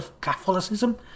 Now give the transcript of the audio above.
Catholicism